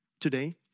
today